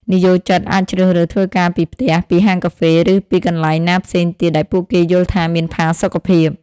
និយោជិតអាចជ្រើសរើសធ្វើការពីផ្ទះ ពីហាងកាហ្វេ ឬពីកន្លែងណាផ្សេងទៀតដែលពួកគេយល់ថាមានផាសុកភាព។